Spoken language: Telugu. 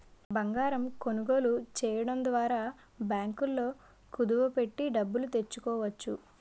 బంగారం కొనుగోలు చేయడం ద్వారా బ్యాంకుల్లో కుదువ పెట్టి డబ్బులు తెచ్చుకోవచ్చు